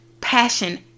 passion